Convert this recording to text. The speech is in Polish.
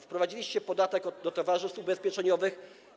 Wprowadziliście podatek od towarzystw ubezpieczeniowych.